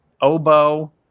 Oboe